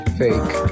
fake